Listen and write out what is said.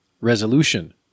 resolution